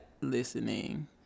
listening